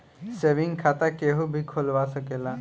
saving खाता केहू भी खोलवा सकेला